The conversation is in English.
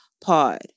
pod